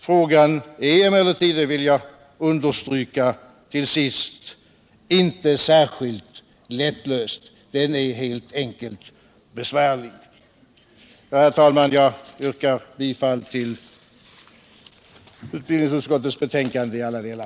Frågan är emellertid — det vill jag understryka — inte särskilt lättlöst. Den är helt enkelt besvärlig. Herr talman! Jag yrkar bifall till utbildningsutskottets hemställan i alla delar.